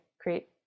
create